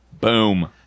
Boom